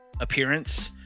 appearance